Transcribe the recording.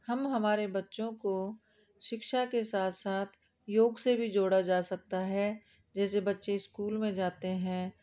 हम हमारे बच्चों को शिक्षा के साथ साथ योग से भी जोड़ा जा सकता है जैसे बच्चे स्कूल में जाते हैं